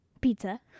Pizza